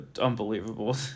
Unbelievable